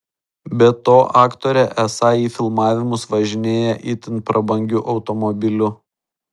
be to aktorė esą į filmavimus važinėja itin prabangiu automobiliu